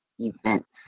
events